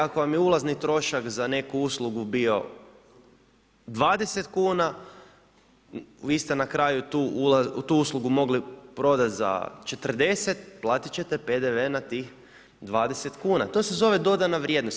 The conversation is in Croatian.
Ako vam je ulazni trošak za neku uslugu bio 20 kuna, vi ste na kraju tu uslugu mogli prodati za 40, platiti ćete OPDV na tih 20 kuna, to se zove dodana vrijednost.